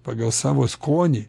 pagal savo skonį